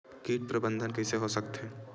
कीट प्रबंधन कइसे हो सकथे?